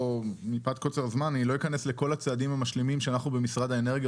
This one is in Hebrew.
מפאת קוצר הזמן אני לא אכנס לכל הצעדים המשלימים שאנחנו במשרד האנרגיה